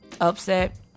Upset